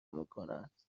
میکنند